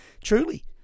Truly